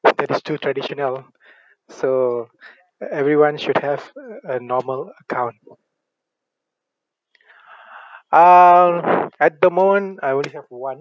that is too traditional so e~ everyone should have uh a normal account uh at the moment I only have one